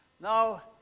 Now